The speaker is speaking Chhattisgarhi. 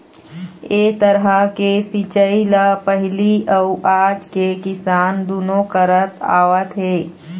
ए तरह के सिंचई ल पहिली अउ आज के किसान दुनो करत आवत हे